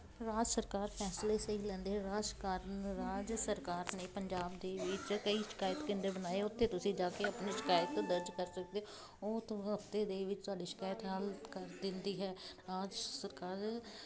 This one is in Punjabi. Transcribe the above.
ਰਾਜ ਸਰਕਾਰ ਫੈਸਲੇ ਸਹੀ ਲੈਂਦੇ ਰਾਜ ਸਰਕਾਰ ਰਾਜ ਸਰਕਾਰ ਨੇ ਪੰਜਾਬ ਦੇ ਵਿੱਚ ਕਈ ਸ਼ਿਕਾਇਤ ਕੇਂਦਰ ਬਣਾਏ ਉੱਥੇ ਤੁਸੀਂ ਜਾ ਕੇ ਆਪਣੀ ਸ਼ਿਕਾਇਤ ਦਰਜ ਕਰ ਸਕਦੇ ਉਹ ਦੋ ਹਫਤੇ ਦੇ ਵਿੱਚ ਤੁਹਾਡੀ ਸ਼ਿਕਾਇਤ ਹੱਲ ਕਰ ਦਿੰਦੀ ਹੈ ਰਾਜ ਸਰਕਾਰ